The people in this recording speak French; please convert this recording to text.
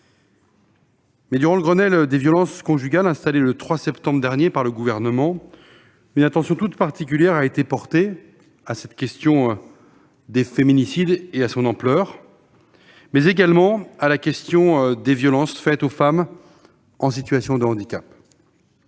149. Durant le Grenelle contre les violences conjugales installé le 3 septembre dernier par le Gouvernement, une attention toute particulière a été portée à la question des féminicides et à leur ampleur, mais également à celle des violences faites aux femmes en situation de handicap.